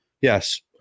Yes